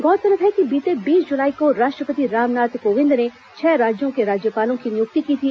गौरतलब है कि बीते बीस जुलाई को राष्ट्रपति रामनाथ कोविंद ने छह राज्यों के राज्यपालों की नियुक्ति की थी